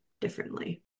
differently